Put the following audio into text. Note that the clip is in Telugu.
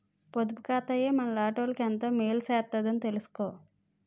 పొదుపు ఖాతాయే మనలాటోళ్ళకి ఎంతో మేలు సేత్తదని తెలిసుకో